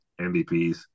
MVPs